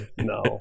no